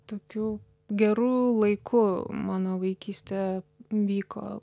tokiu geru laiku mano vaikystė vyko